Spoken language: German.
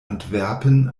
antwerpen